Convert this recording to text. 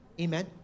Amen